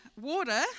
water